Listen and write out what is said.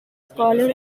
scholar